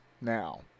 now